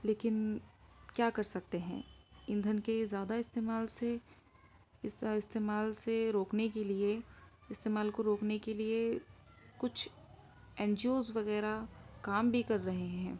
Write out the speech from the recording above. لیکن کیا کر سکتے ہیں ایندھن کے زیادہ استعمال سے اس طرح استعمال سے روکنے کے لیے استعمال کو روکنے کے لیے کچھ این جی اوز وغیرہ کام بھی کر رہے ہیں